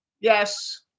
Yes